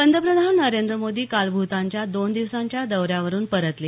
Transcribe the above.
पंतप्रधान नरेंद्र मोदी काल भूतानच्या दोन दिवसांच्या दौऱ्यावरून परतले